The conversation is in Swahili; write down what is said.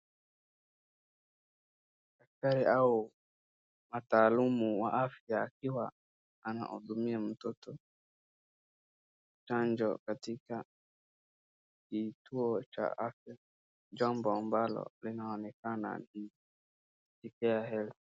Daktari au wataalumu wa afya akiwa anahudumia mtoto chanjo katika kituo cha fya. Jambo amablo linaonekana ni.